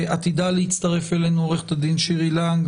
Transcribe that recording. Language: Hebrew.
ועתידה להצטרף אלינו עו"ד שירי לנג,